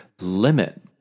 limit